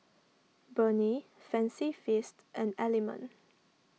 Burnie Fancy Feast and Element